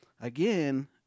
again